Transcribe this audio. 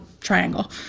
triangle